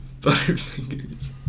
Butterfingers